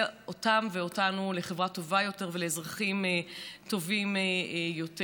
אותם ואותנו לחברה טובה יותר ולאזרחים טובים יותר.